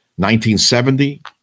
1970